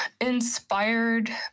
inspired